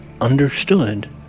understood